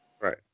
Right